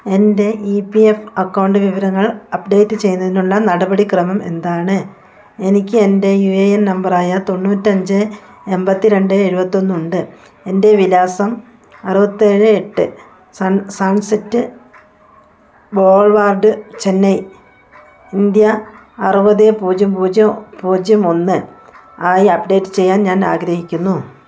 എൻറ്റെ E P F account വിവരങ്ങൾ update ചെയ്യുന്നതിനുള്ള നടപടിക്രമം എന്താണ് എനിക്കെൻറ്റെ യു എ എൻ നമ്പറായ തൊണ്ണൂറ്റഞ്ച് എമ്പത്തി രണ്ട് എഴുപത്തൊന്നുണ്ട് എൻറ്റെ വിലാസം അറുപത്തേഴ് എട്ട് സൺസെറ്റ് ബോൾവാഡ് ചെന്നൈ ഇന്ത്യ അറുപത് പൂജ്യം പൂജ്യം പൂജ്യം ഒന്ന് ആയി അപ്ഡേറ്റ് ചെയ്യാൻ ഞാൻ ആഗ്രഹിക്കുന്നു